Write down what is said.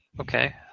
Okay